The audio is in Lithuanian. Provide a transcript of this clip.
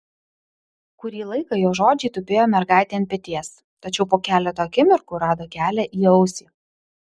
kurį laiką jo žodžiai tupėjo mergaitei ant peties tačiau po keleto akimirkų rado kelią į ausį